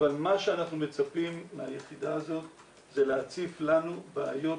אבל מה שאנחנו מצפים מהיחידה הזאת זה להציף לנו בעיות